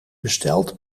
besteld